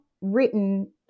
written